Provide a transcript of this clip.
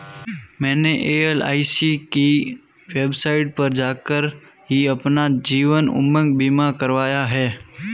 मैंने एल.आई.सी की वेबसाइट पर जाकर ही अपना जीवन उमंग बीमा करवाया है